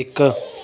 ਇੱਕ